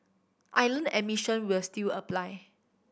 island admission will still apply